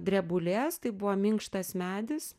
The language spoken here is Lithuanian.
drebulės tai buvo minkštas medis